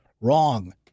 wrong